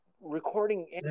recording